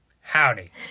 Howdy